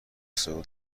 سئول